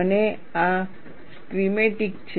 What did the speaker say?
અને આ સ્કિમેટિક છે